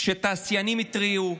כשתעשיינים התריעו,